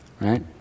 right